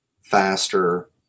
faster